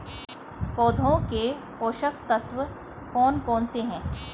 पौधों के पोषक तत्व कौन कौन से हैं?